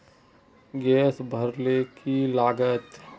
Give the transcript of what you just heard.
Gas भरले की लागत?